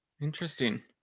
Interesting